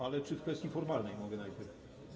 Ale czy w kwestii formalnej mogę najpierw.